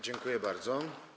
Dziękuję bardzo.